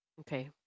Okay